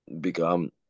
become